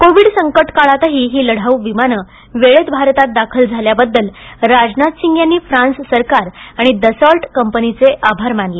Covid संकटकाळातही ही लढाऊ विमानं वेळेत भारतात दाखल झाल्याबद्दल राजनाथ सिंग यांनी फ्रांस सरकार आणि दसॉल्ट कंपनीचे आभार मानले